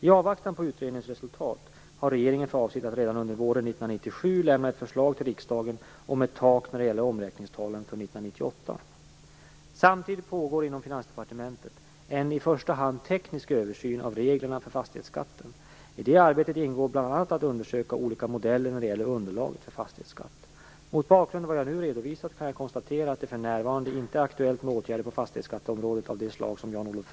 I avvaktan på utredningens resultat har regeringen för avsikt att redan under våren 1997 lämna ett förslag till riksdagen om ett tak när det gäller omräkningstalen för Samtidigt pågår inom Finansdepartementet en i första hand teknisk översyn av reglerna för fastighetsskatten. I det arbetet ingår bl.a. att undersöka olika modeller för underlaget för fastighetsskatt. Mot bakgrund av vad jag nu redovisat kan jag konstatera att det för närvarande inte är aktuellt med åtgärder på fastighetsskatteområdet av det slag som Jan-Olof